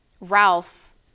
Ralph